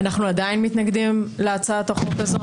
אנחנו עדיין מתנגדים להצעת החוק הזו.